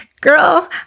girl